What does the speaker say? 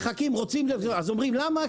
אז אומרים, למה?